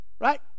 Right